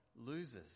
loses